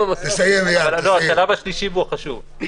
השלב השלישי, והוא החשוב,